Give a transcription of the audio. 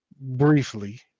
briefly